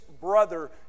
brother